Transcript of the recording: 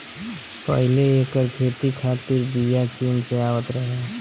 पहिले एकर खेती खातिर बिया चीन से आवत रहे